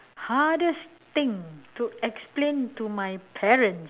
hardest thing to explain to my parents